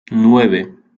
nueve